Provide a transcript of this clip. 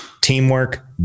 teamwork